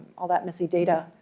all that messy data.